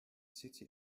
city